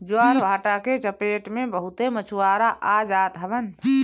ज्वारभाटा के चपेट में बहुते मछुआरा आ जात हवन